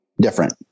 different